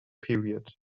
period